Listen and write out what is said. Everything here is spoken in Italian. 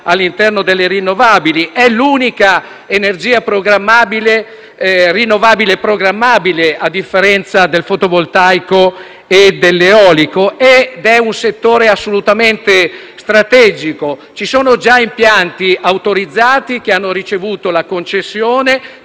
all'interno delle rinnovabili, è l'unica energia rinnovabile programmabile, a differenza del fotovoltaico e dell'eolico, e concerne un settore assolutamente strategico. Ci sono già impianti autorizzati che hanno ricevuto le concessioni,